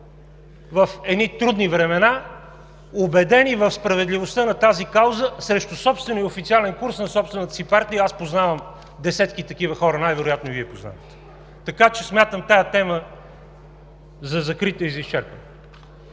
в едни трудни времена, убедени в справедливостта на тази кауза срещу собствения официален курс на собствената си партия – и аз познавам десетки такива хора, най-вероятно и Вие познавате, така че смятам тази тема за закрита и за изчерпана.